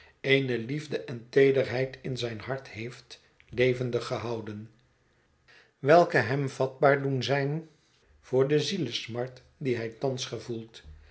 eene liefde en teederheid in zijn hart heeft levendig gehouden welke hem vatbaar doen zijn voor de zielesmart die hij thans gevoelt